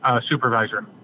supervisor